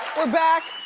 we're back.